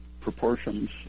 proportions